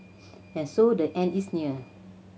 and so the end is near